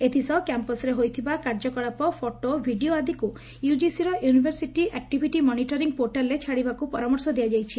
ଏଥିସହ କ୍ୟାମ୍ପସ୍ରେ ହୋଇଥିବା କାର୍ଯ୍ୟକଳାପ ଫଟୋ ଭିଡ଼ିଓ ଆଦିକୁ ୟୁଜିସିର ୟୁନିଭରସିଟି ଆକ୍ଟିଭିଟି ମନିଟରିଂ ପୋର୍ଟାଲ୍ରେ ଛାଡ଼ିବାକୁ ପରାମର୍ଶ ଦିଆଯାଇଛି